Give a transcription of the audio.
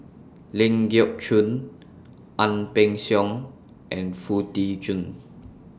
Ling Geok Choon Ang Peng Siong and Foo Tee Jun